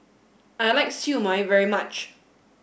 I like Siew Mai very much